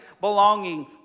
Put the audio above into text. belonging